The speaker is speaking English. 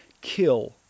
kill